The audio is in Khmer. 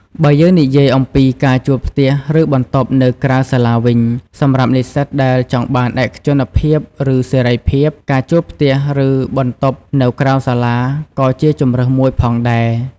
បើយើងនិយាយអំពី ការជួលផ្ទះ ឬបន្ទប់នៅក្រៅសាលាវិញ សម្រាប់និស្សិតដែលចង់បានឯកជនភាព ឬសេរីភាព ការជួលផ្ទះ ឬបន្ទប់នៅក្រៅសាលាក៏ជាជម្រើសមួយផងដែរ។